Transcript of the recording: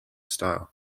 style